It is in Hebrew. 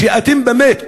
אתם באמת,